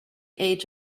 age